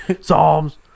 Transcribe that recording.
Psalms